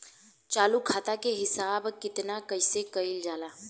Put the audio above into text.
चालू खाता के हिसाब किताब कइसे कइल जाला?